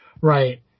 Right